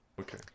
Okay